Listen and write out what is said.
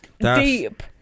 deep